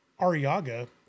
Ariaga